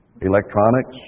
electronics